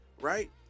right